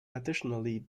additionally